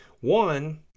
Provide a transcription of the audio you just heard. One